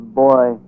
boy